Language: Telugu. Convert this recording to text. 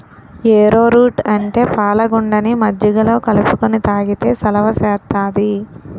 ఏరో రూట్ అంటే పాలగుండని మజ్జిగలో కలుపుకొని తాగితే సలవ సేత్తాది